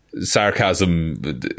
sarcasm